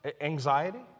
Anxiety